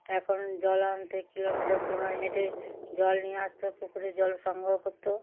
এখন জল আনতে কিলোমিটার কিলোমিটার হেঁটে জল নিয়ে আসত পুকুরে জল সংগ্রহ করত